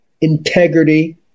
integrity